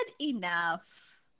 enough